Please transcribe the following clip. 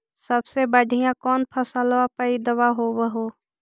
सबसे बढ़िया कौन फसलबा पइदबा होब हो?